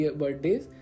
birthdays